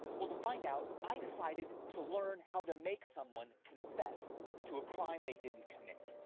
well, to find out, i decided to learn how to make someone confess to a crime they didn't commit.